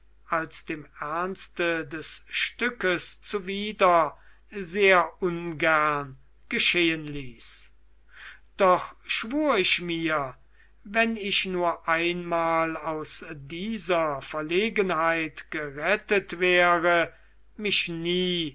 als dem ernste des stückes zuwider sehr ungern geschehen ließ doch schwur ich mir wenn ich nur einmal aus dieser verlegenheit gerettet wäre mich nie